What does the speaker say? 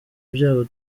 ibyago